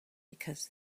because